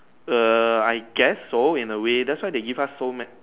err I guess so in a way that's why they give us so ma~